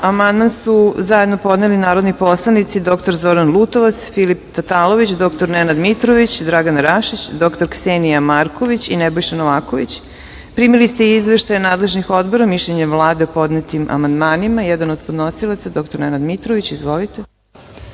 amandman su zajedno podneli narodni poslanici dr Zoran Lutovac, Filip Tatalović, dr Nenad Mitrović, Dragana Rašić, dr Ksenija Marković, Nebojša Novaković. Primili ste izveštaje nadležnih odbora, mišljenje Vlade o podnetim amandmanima. Reč ima dr Nenad Mitrović, po